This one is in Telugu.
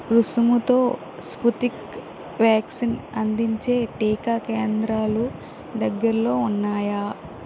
రుసుముతో స్పుత్నిక్ వ్యాక్సిన్ అందించే టీకా కేంద్రాలు దగ్గరలో ఉన్నాయా